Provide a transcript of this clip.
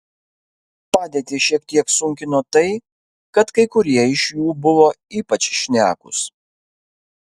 padėtį šiek tiek sunkino tai kad kai kurie iš jų buvo ypač šnekūs